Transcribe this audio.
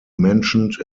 mentioned